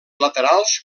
laterals